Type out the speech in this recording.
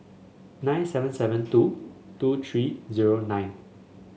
nine seven seven two two three zero nine